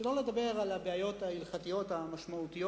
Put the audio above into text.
שלא לדבר על הבעיות ההלכתיות המשמעותיות